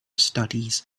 studies